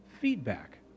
feedback